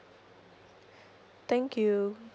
thank you